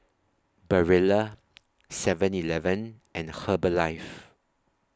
Barilla Seven Eleven and Herbalife